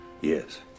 Yes